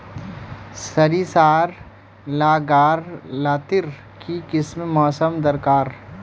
सरिसार ला गार लात्तिर की किसम मौसम दरकार?